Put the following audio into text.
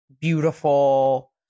beautiful